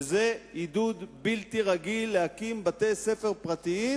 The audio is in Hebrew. וזה עידוד בלתי רגיל להקים בתי-ספר פרטיים,